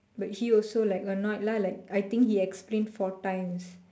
but he also like annoyed lah like I think he explain four times